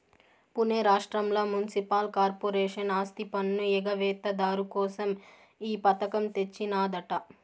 పునే రాష్ట్రంల municipal corporation ఆస్తిపన్ను ఎగవేత దారు కోసం ఈ పథకం తెచ్చినాదట